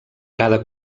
cada